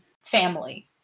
family